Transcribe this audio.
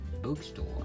bookstore